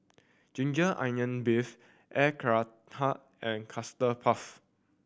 ginger onions beef Air Karthira and Custard Puff